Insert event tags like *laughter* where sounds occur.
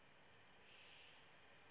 *breath*